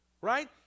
Right